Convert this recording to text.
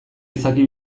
izaki